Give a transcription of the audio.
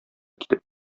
китеп